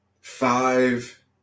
five